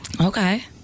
Okay